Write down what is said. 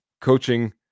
coaching